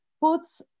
puts